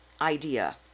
idea